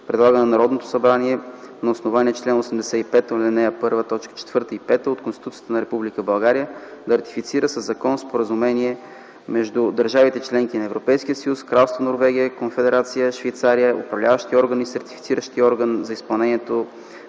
предлага на Народното събрание, на основание чл. 85, ал. 1, т. 4 и 5 от Конституцията на Република България да ратифицира със закон Споразумение между държавите – членки на Европейския съюз, Кралство Норвегия, Конфедерация Швейцария, Управляващия орган и Сертифициращия орган за изпълнението